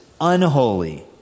unholy